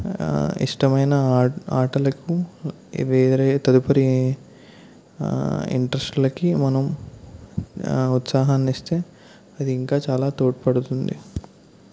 ఇష్టమైన ఆట్ ఆటలకు వేరే తదుపరి ఇంట్రస్ట్లకి మనం ఉత్సాహాన్ని ఇస్తే అది ఇంకా చాలా తోడ్పడుతుంది